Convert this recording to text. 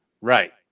Right